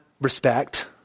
respect